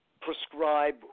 prescribe